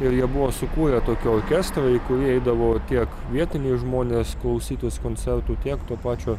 ir jie buvo sukūrę tokį orkestrą į kurį eidavo tiek vietiniai žmonės klausytis koncertų tiek to pačio